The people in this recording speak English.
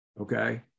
Okay